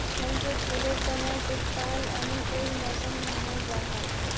fancy फुलेर तने शीतकाल अनुकूल मौसम मानाल जाहा